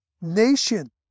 nation